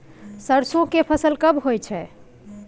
सरसो के फसल कब होय छै?